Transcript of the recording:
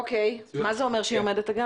אגב, מה זה אומר שהיא עומדת?